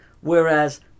whereas